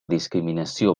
discriminació